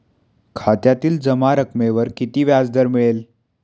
खात्यातील जमा रकमेवर किती व्याजदर मिळेल?